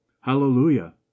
hallelujah